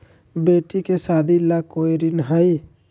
बेटी के सादी ला कोई ऋण हई?